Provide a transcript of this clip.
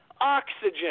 oxygen